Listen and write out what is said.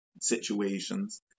situations